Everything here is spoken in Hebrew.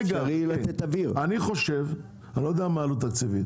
אני לא יודע מה העלות התקציבית,